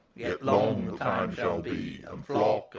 yet long the time shall be and flock